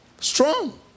strong